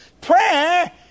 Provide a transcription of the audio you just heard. Prayer